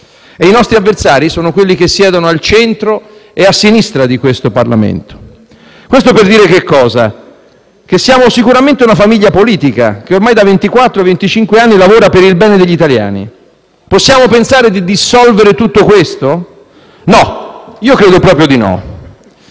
e i nostri avversari sono quelli che siedono al centro e a sinistra di questo Parlamento. Ciò serve a dire che siamo sicuramente una famiglia politica che ormai da circa venticinque anni lavora per il bene degli italiani. Possiamo pensare di dissolvere tutto questo? No, io credo proprio di no.